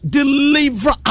deliver